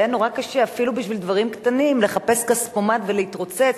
והיה נורא קשה אפילו בשביל דברים קטנים לחפש כספומט ולהתרוצץ,